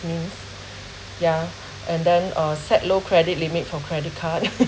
means ya and then uh set low credit limit for credit card